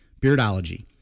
Beardology